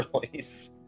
release